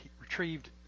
retrieved